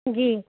جی